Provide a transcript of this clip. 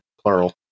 Plural